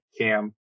Cam